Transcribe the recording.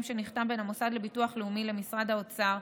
שנחתם בין המוסד לביטוח לאומי למשרד האוצר,